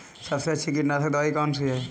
सबसे अच्छी कीटनाशक दवाई कौन सी है?